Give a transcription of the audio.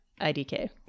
IDK